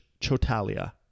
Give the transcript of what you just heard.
Chotalia